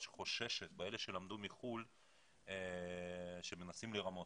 חושדת באלה שלמדו בחוץ לארץ שמנסים לרמות,